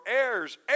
heirs